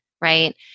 right